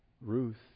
Ruth